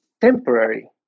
temporary